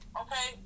okay